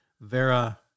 Vera